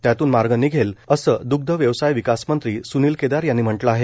त्यातूनच मार्ग निघेल असं दुग्ध व्यवसाय विकास मंत्री सुनील केदार यांनी म्हटलं आहे